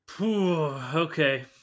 okay